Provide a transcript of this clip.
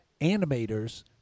animators